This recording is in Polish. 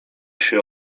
się